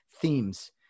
themes